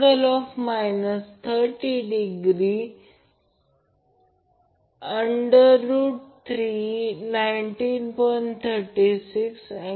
तर आणि हा line current Ia Ib Ic आहे हा लाईन करंट आहे पण दोन्ही ∆ आहेत आणि हे phase current Ia Ib Ic आहेत